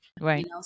Right